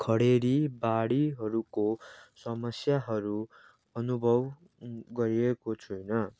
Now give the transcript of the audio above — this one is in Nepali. खडेरी बाढीहरूको समस्याहरू अनुभव गरिएको छुइनँ